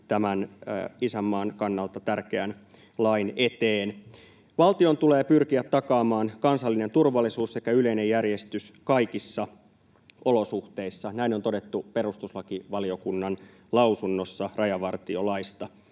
tämän isänmaan kannalta tärkeän lain eteen. ”Valtion tulee pyrkiä takaamaan kansallinen turvallisuus sekä yleinen järjestys kaikissa olosuhteissa.” Näin on todettu perustuslakivaliokunnan lausunnossa rajavartiolaista.